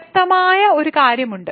വ്യക്തമായ ഒരു കാര്യമുണ്ട്